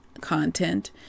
content